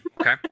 Okay